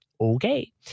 okay